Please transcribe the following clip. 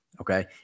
Okay